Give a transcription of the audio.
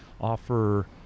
offer